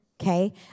okay